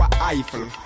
Eiffel